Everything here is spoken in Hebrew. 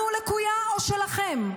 לקויה או שלכם?